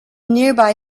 nearby